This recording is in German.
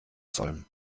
soll